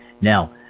Now